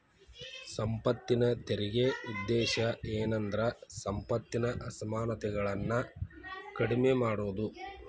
ಸಂಪತ್ತಿನ ತೆರಿಗೆ ಉದ್ದೇಶ ಏನಂದ್ರ ಸಂಪತ್ತಿನ ಅಸಮಾನತೆಗಳನ್ನ ಕಡಿಮೆ ಮಾಡುದು